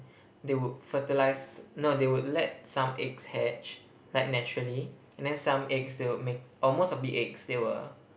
they would fertilize no they would let some eggs hatch like naturally and then some eggs they would make or most of the eggs they will